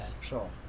Sure